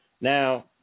Now